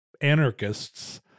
anarchists